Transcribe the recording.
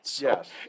yes